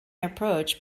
approach